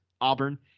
auburn